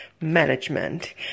management